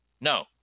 no